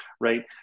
right